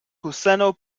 kuseno